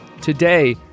Today